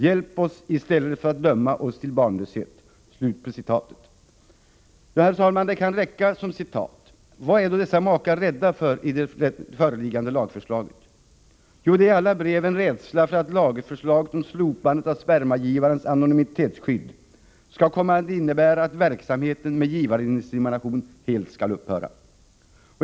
Hjälp oss i stället för att döma oss till barnlöshet.” Ja, detta kan räcka som citat. Vad är då dessa makar rädda för i det föreliggande lagförslaget? Jo, det är i alla brev en rädsla för att lagförslaget om slopandet av spermagivarens anonymitetsskydd skall komma att innebära att verksamheten med givarinsemination helt skall upphöra.